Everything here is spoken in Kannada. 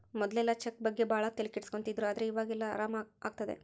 ಮೊದ್ಲೆಲ್ಲ ಚೆಕ್ ಬಗ್ಗೆ ಭಾಳ ತಲೆ ಕೆಡ್ಸ್ಕೊತಿದ್ರು ಆದ್ರೆ ಈವಾಗ ಎಲ್ಲ ಆರಾಮ್ ಆಗ್ತದೆ